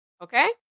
okay